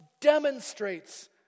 demonstrates